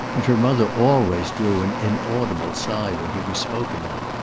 and her mother always drew an inaudible sigh when he was spoken of.